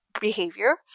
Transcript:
behavior